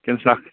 کِنہٕ سخ